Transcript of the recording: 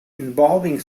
involving